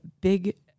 big